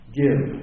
give